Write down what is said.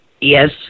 yes